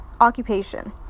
occupation